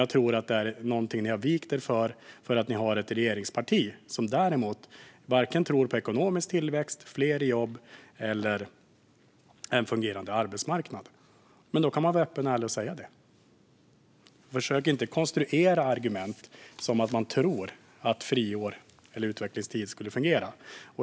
Jag tror att ni har vikt er för det andra regeringspartiet, som varken tror på ekonomisk tillväxt, fler jobb eller en fungerande arbetsmarknad. Men då kan man vara öppen och ärlig och säga det. Försök inte att konstruera argument som om ni tror att friår eller utvecklingstid skulle fungera!